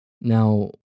Now